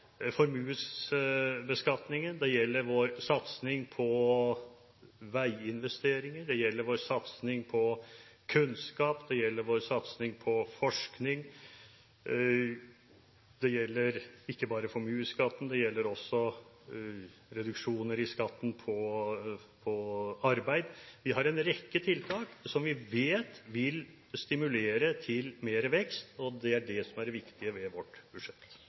formuesbeskatningen, det gjelder vår satsing på veiinvesteringer, det gjelder vår satsing på kunnskap, det gjelder vår satsing på forskning. Det gjelder ikke bare formuesskatten, det gjelder også reduksjoner i skatten på arbeid. Vi har en rekke tiltak som vi vet vil stimulere til mer vekst, og det er det som er det viktige ved vårt budsjett.